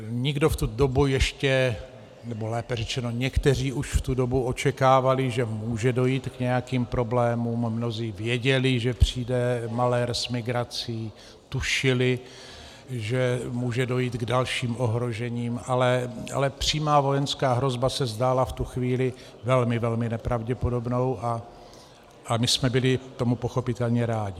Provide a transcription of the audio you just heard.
Nikdo v tu dobu ještě nebo lépe řečeno někteří už v tu dobu očekávali, že může dojít k nějakým problémům, mnozí věděli, že přijde malér s migrací, tušili, že může dojít k dalším ohrožením, ale přímá vojenská hrozba se zdála v tu chvíli velmi velmi nepravděpodobnou a my jsme tomu byli pochopitelně rádi.